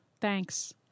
Thanks